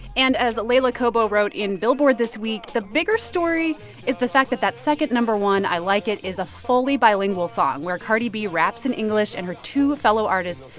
and as leila cobo wrote in billboard this week, the bigger story is the fact that that second no. one, i like it, is a fully bilingual song, where cardi b raps in english, and her two fellow artists,